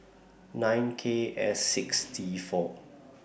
nine K S six T four